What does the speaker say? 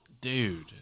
dude